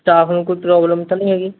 staff ਨੂੰ ਕੋਈ problem ਤਾਂ ਨਹੀਂ ਹੈਗੀ